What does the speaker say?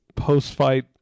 post-fight